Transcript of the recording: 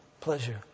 pleasure